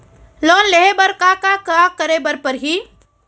Loan लेहे बर का का का करे बर परहि?